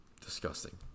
Disgusting